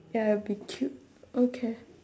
ya it'll be cute okay